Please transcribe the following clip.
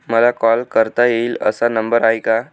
मला कॉल करता येईल असा नंबर आहे का?